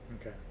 Okay